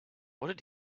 what